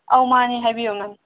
ꯑꯧ ꯃꯥꯅꯦ ꯍꯥꯏꯕꯤꯌꯣ ꯃꯥꯅꯦ